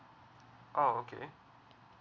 oh okay